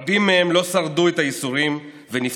רבים מהם לא שרדו את הייסורים ונפטרו.